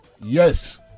yes